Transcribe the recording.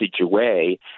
away